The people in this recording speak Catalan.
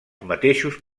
mateixos